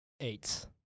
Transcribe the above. Eight